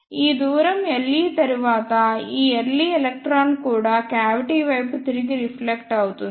ఈ దూరం Le తరువాత ఈ ఎర్లీ ఎలక్ట్రాన్ కూడా క్యావిటీ వైపు తిరిగి రిఫ్లెక్ట్ అవుతుంది